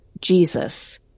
Jesus